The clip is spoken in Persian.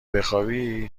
بخوابی